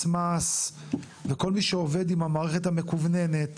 מס וכל מי שעובד עם המערכת המקוונת,